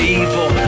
evil